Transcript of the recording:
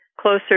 closer